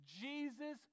Jesus